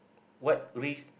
what risk